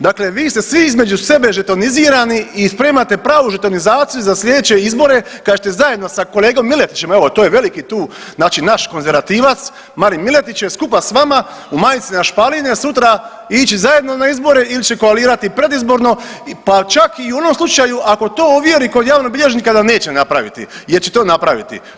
Dakle, vi ste svi između sebe žetonizirani i spremate pravu žetonizaciju za slijedeće izbore kad ćete zajedno sa kolegom Miletićem evo to je veliki tu znači naš konzervativac Marin Miletić je skupa s vama u majci na špaline sutra ići zajedno na izbore ili će koalirati predizborno pa čak i u onom slučaju ako to ovjeri kod javnog bilježnika da neće napraviti jer će to napraviti.